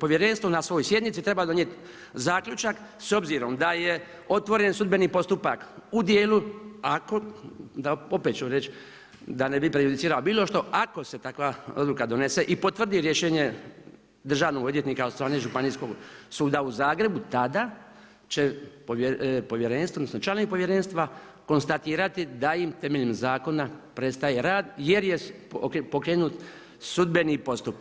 Povjerenstvo na svojoj sjednici treba donijeti zaključak s obzirom da je otvoren sudbeni postupak u dijelu, opet ću reći da ne bi prejudicirao bilo što, ako se takva odluka donese i potvrdi rješenje državnog odvjetnika od strane Županijskog suda u Zagrebu, tada će Povjerenstvo, odnosno članovi Povjerenstva konstatirati da im temeljem zakona prestaje rad jer je pokrenut sudbeni postupak.